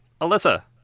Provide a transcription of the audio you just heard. Alyssa